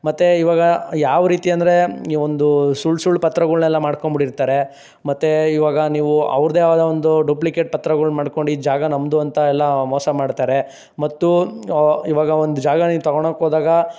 ಮತ್ತೆ ಇವಾಗ ಯಾವ ರೀತಿ ಅಂದ್ರೆ ನೀವೊಂದು ಸುಳ್ಳುಸುಳ್ಳು ಪತ್ರಗಳನೆಲ್ಲ ಮಾಡ್ಕೊಂಡ್ಬಿಟ್ಟಿರ್ತಾರೆ ಮತ್ತೆ ಇವಾಗ ನೀವು ಅವ್ರದ್ದೇ ಆದ ಒಂದು ಡೂಪ್ಲಿಕೆಟ್ ಪತ್ರಗಳು ಮಾಡ್ಕೊಂಡು ಈ ಜಾಗ ನಮ್ದು ಅಂತ ಎಲ್ಲ ಮೋಸ ಮಾಡ್ತಾರೆ ಮತ್ತು ಇವಾಗ ಒಂದು ಜಾಗ ನೀನು ತೊಗೊಳೋಕ್ಕೆ ಹೋದಾಗ